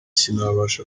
sinabasha